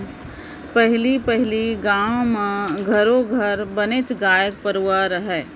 पहली पहिली गाँव म घरो घर बनेच गाय गरूवा राखयँ